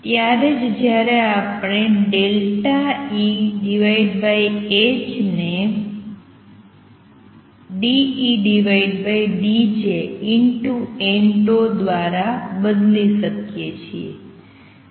ત્યારે જ જ્યારે આપણે ને દ્વારા બદલી શકીએ છીએ